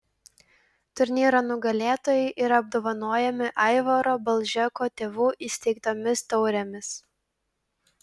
turnyro nugalėtojai yra apdovanojami aivaro balžeko tėvų įsteigtomis taurėmis